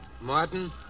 Martin